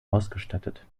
ausgestattet